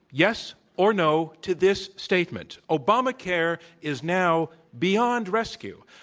yes, or, no, to this statement, obamacare is now beyond rescue,